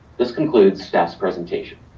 this concludes staff's presentation.